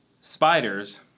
Spiders